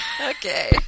Okay